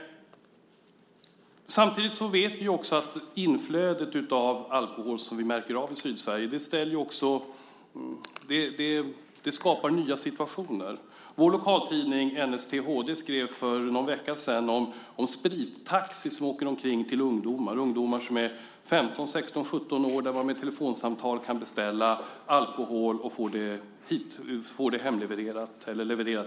Samtidigt vet vi att det inflöde av alkohol som vi märker i Sydsverige skapar nya situationer. Vår lokaltidning NST/HD skrev för någon vecka sedan om sprittaxi som åker omkring till ungdomar i 15-17-årsåldern. Med ett telefonsamtal kan de beställa alkohol och få den levererad dit de vill.